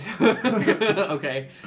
Okay